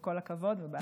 כל הכבוד ובהצלחה.